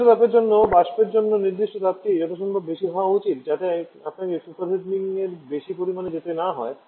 নির্দিষ্ট তাপের জন্য বাষ্পের জন্য নির্দিষ্ট তাপটি যথাসম্ভব বেশি হওয়া উচিত যাতে আপনাকে সুপার হিটিংয়ের বেশি পরিমাণে যেতে না হয়